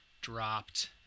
dropped